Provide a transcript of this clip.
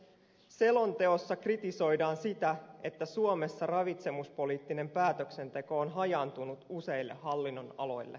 selonteossa kritisoidaan sitä että suomessa ravitsemuspoliittinen päätöksenteko on hajaantunut useille hallinnonaloille